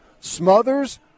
Smothers